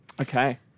Okay